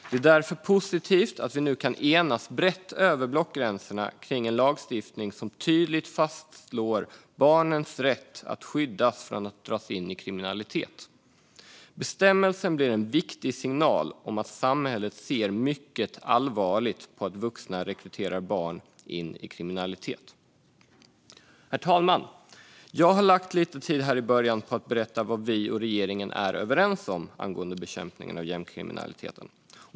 Det är därför positivt att vi kan enas brett över blockgränserna om en lagstiftning som tydligt fastslår barnens rätt att skyddas från att dras in i kriminalitet. Bestämmelsen blir en viktig signal om att samhället ser mycket allvarligt på att vuxna rekryterar barn in i kriminalitet. Herr talman! Jag har lagt lite tid i början av mitt anförande på att berätta vad vi och regeringen är överens om angående bekämpningen av gängkriminaliteten.